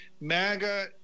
MAGA